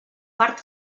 part